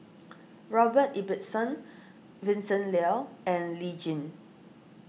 Robert Ibbetson Vincent Leow and Lee Tjin